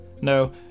No